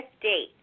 date